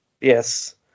Yes